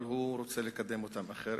אבל הוא רוצה לקדם אותם אחרת.